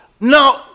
No